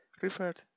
referred